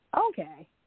Okay